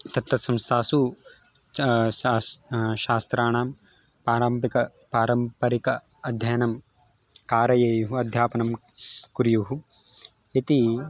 तत्तत्संस्थासु च शास्त्राणां पारम्भिक पारम्परिक अध्ययनं कारयेयुः अध्यापनं कुर्युः इति